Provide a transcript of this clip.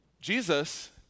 Jesus